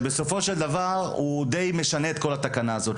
בסופו של דבר, הוא די משנה את כל התקנה הזו.